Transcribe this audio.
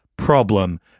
problem